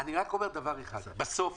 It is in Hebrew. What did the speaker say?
אני רק אומר דבר אחד: בסוף